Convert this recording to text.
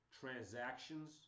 transactions